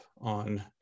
on